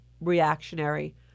reactionary